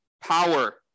power